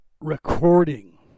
recording